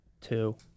Two